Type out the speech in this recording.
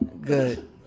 good